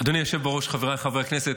אדוני היושב בראש, חבריי חברי הכנסת,